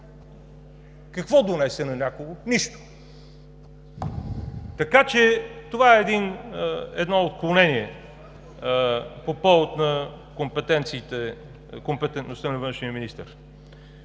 Какво донесе на някого – нищо. Това е едно отклонение по повод на компетентността на външния министър.